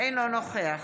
אינו נוכח